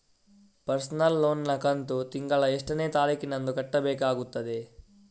Personal loan ನ ಕಂತು ತಿಂಗಳ ಎಷ್ಟೇ ತಾರೀಕಿನಂದು ಕಟ್ಟಬೇಕಾಗುತ್ತದೆ?